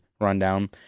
rundown